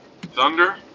thunder